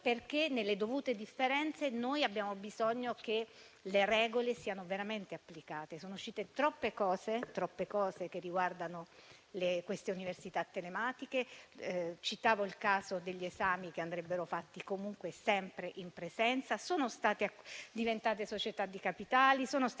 Ancora, nelle dovute differenze, noi abbiamo bisogno che le regole siano veramente applicate. Sono emerse troppe criticità riguardanti le università telematiche. Citavo il caso degli esami, che andrebbero fatti comunque sempre in presenza. Queste università sono diventate società di capitali, sono state